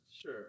Sure